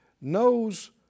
knows